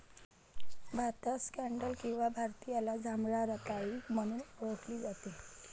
भारतात स्कँडल किंवा भारतीयाला जांभळ्या रताळी म्हणून ओळखले जाते